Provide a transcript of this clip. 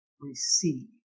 receive